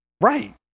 Right